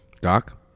Doc